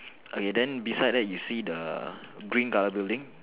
okay then beside that you see the green colour building